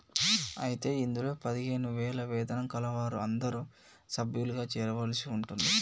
అయితే ఇందులో పదిహేను వేల వేతనం కలవారు అందరూ సభ్యులుగా చేరవలసి ఉంటుంది